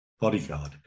bodyguard